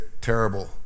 terrible